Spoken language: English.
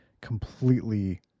completely